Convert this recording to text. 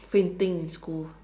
sprinting in school